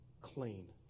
clean